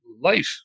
life